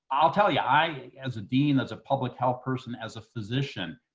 i'll tell you, i, as a dean, as a public health person, as a physician,